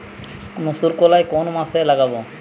মুসুরকলাই কোন মাসে লাগাব?